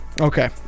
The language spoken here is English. Okay